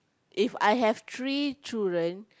If I have three children